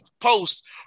post